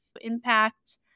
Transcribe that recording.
impact